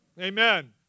Amen